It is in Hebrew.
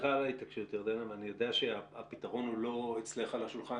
סליחה על ההתעקשות ואני יודע הפתרון הוא לא אצלך על השולחן.